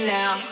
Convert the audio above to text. now